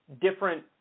different